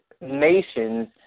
nations